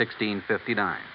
1659